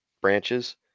branches